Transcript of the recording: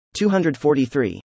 243